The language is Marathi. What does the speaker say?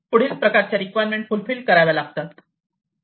पुढील प्रकारच्या रिक्वायरमेंट फुलफिल कराव्या लागतात